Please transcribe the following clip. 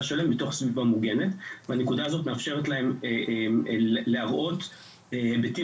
שלהם בתוך סביבה מוגנת והנקודה הזאת מאפשרת להם להראות היבטים